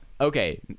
okay